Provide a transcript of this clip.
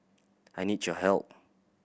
I need your help